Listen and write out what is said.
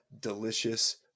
Delicious